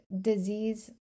disease